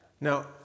Now